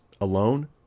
alone